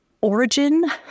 origin